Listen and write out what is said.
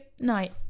night